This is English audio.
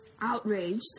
outraged